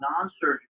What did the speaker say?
non-surgical